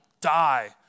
die